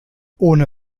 ohne